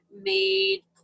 made